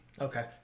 Okay